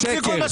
זה שקר,